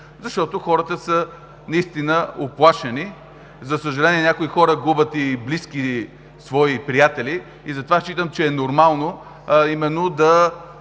защото хората наистина са уплашени. За съжаление някои хора губят и близки, свои приятели. Затова считам, че е нормално именно